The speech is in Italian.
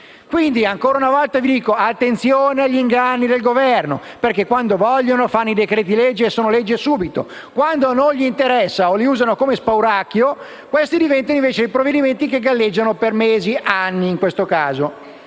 Quindi, ancora una volta vi dico: fate attenzione agli inganni del Governo perché, quando vogliono, fanno i decreti-legge e sono legge subito; quando a loro non interessano o li usano come spauracchio, diventano provvedimenti che galleggiano per mesi, o anni come in questo caso.